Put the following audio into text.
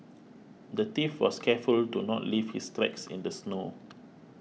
the thief was careful to not leave his tracks in the snow